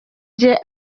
rye